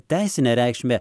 teisinę reikšmę